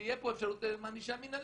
שתהיה אפשרות של ענישה מנהלית?